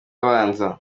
abanza